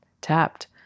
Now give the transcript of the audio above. tapped